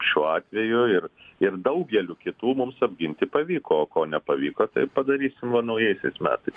šiuo atveju ir ir daugeliu kitų mums apginti pavyko ko nepavyko tai padarysim va naujaisiais metais